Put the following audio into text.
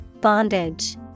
Bondage